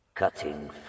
Cutting